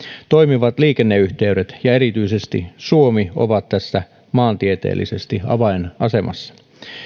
toimivat liikenneyhteydet ja erityisesti suomi ovat tässä maantieteellisesti avainasemassa